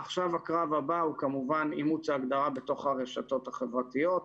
עכשיו הקרב הבא הוא כמובן אימוץ ההגדרה בתוך הרשתות החברתיות,